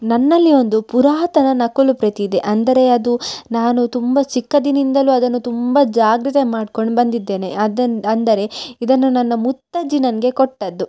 ನನ್ನಲ್ಲಿ ಒಂದು ಪುರಾತನ ನಕಲುಪ್ರತಿ ಇದೆ ಅಂದರೆ ಅದು ನಾನು ತುಂಬ ಚಿಕ್ಕಂದಿನಿಂದಲು ಅದನ್ನು ತುಂಬ ಜಾಗ್ರತೆ ಮಾಡ್ಕೊಂಡು ಬಂದಿದ್ದೇನೆ ಅದನ್ನ ಅಂದರೆ ಇದನ್ನು ನನ್ನ ಮುತ್ತಜ್ಜಿ ನನಗೆ ಕೊಟ್ಟದ್ದು